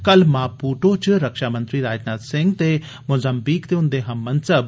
कल मापूटो च रक्षामंत्री राजनाथ सिंह ते मोज़ाम्बीक दे उन्दे हम मनसब